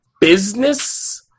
business